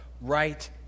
right